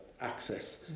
access